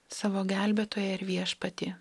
savo gelbėtoją ir viešpatį